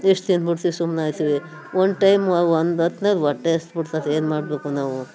ಇಷ್ಟು ತಿಂದ್ಬಿಡ್ತೀವಿ ಸುಮ್ಮನಾಗ್ತೀವಿ ಒಂದು ಟೈಮು ಆ ಒಂದು ಹೊತ್ನಾಗ ಹೊಟ್ಟೆ ಹಸ್ದು ಬಿಡ್ತೈತೆ ಏನು ಮಾಡಬೇಕು ನಾವು